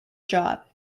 job